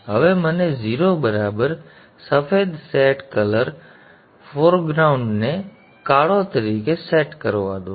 હવે મને ૦ બરાબર સફેદ સેટ કલર અગ્ર ભાગ ને કાળો તરીકે સેટ કરવા દો